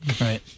Right